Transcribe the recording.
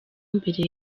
mbere